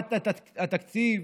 בהעברת התקציב,